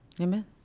Amen